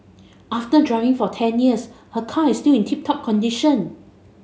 after driving for ten years her car is still in tip top condition